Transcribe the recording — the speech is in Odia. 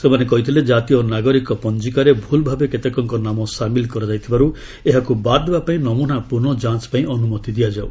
ସେମାନେ କହିଥିଲେ ଜାତୀୟ ନାଗରିକ ପଞ୍ଜିକାରେ ଭୁଲ୍ ଭାବେ କେତେକଙ୍କ ନାମ ସାମିଲ କରାଯାଇଥିବାରୁ ଏହାକୁ ବାଦ୍ ଦେବା ପାଇଁ ନମୁନା ପୁନଃ ଯାଞ୍ ପାଇଁ ଅନୁମତି ଦିଆଯାଉ